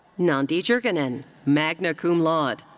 nahndee jernigan, and magna cum laude.